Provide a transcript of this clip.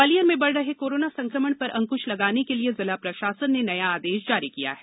ग्वालियर में बढ़ रहे कोरोना संक्रमण पर अंकृश लगाने के लिए जिला प्रशासन ने नया आदेश जारी किया है